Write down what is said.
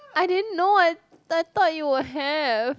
I din know I thought they will have